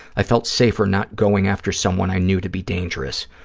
i felt safer not going after someone i knew to be dangerous.